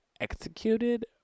executed